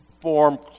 form